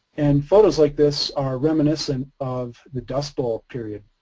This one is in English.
and photos like this are reminiscent of the dust bowl period.